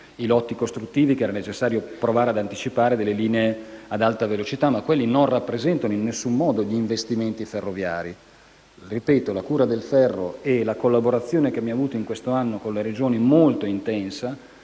i lotti costruttivi che era necessario provare ad anticipare sulle linee ad alta velocità, ma quelli non rappresentano in alcun modo gli investimenti ferroviari. Torno a parlare di "cura del ferro" e ricordo che la collaborazione che abbiamo avuto in questo anno con le Regioni è stata molto intensa,